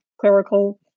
clerical